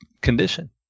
condition